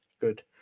good